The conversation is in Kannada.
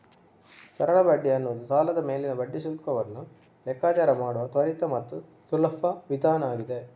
ಸರಳ ಬಡ್ಡಿ ಅನ್ನುದು ಸಾಲದ ಮೇಲಿನ ಬಡ್ಡಿ ಶುಲ್ಕವನ್ನ ಲೆಕ್ಕಾಚಾರ ಮಾಡುವ ತ್ವರಿತ ಮತ್ತು ಸುಲಭ ವಿಧಾನ ಆಗಿದೆ